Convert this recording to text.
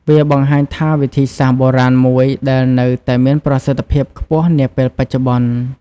វាបង្ហាញថាវិធីសាស្រ្តបុរាណមួយដែលនៅតែមានប្រសិទ្ធភាពខ្ពស់នាពេលបច្ចុប្បន្ន។